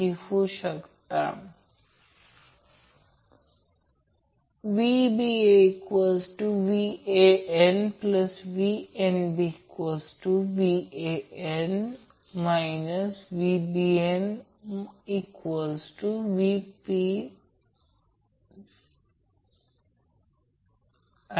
शून्य च्या व्यतिरिक्त 120° जेव्हा हे असे दिले गेले असेल त्याचप्रमाणे एक रेफरन्स घ्या त्यानंतर कृपया फेझर आकृती काढा नंतर त्याचप्रमाणे हा a c b क्रम आहे तो मिळेल